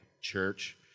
church